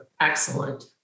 Excellent